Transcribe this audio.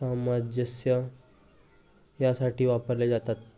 सामंजस्य यासाठी वापरले जातात